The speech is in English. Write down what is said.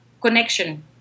connection